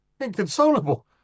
Inconsolable